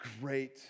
great